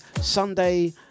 Sunday